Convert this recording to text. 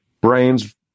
Brains